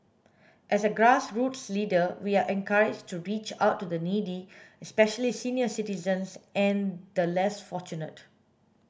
as a grassroots leader we are encouraged to reach out to the needy especially senior citizens and the less fortunate